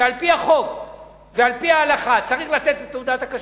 שעל-פי החוק ועל-פי ההלכה צריך לתת את תעודת הכשרות,